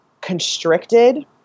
constricted